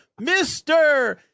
Mr